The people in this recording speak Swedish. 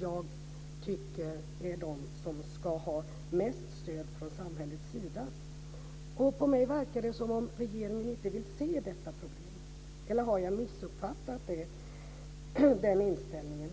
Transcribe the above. Jag tycker att det är de som ska ha mest stöd från samhällets sida. På mig verkar det som om regeringen inte vill se detta problem. Eller har jag missuppfattat den inställningen?